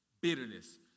bitterness